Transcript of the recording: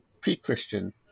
pre-Christian